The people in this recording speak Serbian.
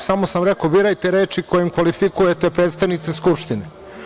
Samo sam rekao birajte reči kojim kvalifikujete predstavnike Skupštine.